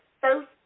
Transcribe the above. first